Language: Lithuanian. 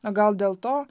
o gal dėl to